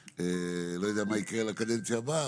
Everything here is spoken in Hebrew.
לא יודע מה יקרה לקדנציה הבאה,